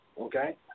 Okay